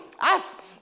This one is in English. Ask